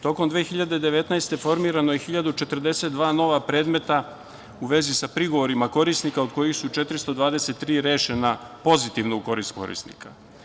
Tokom 2019. godine formirano je 1.042 nova predmeta u vezi sa prigovorima korisnika, od kojih su 423 rešena pozitivno u korist korisnika.